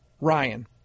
Ryan